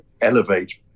elevate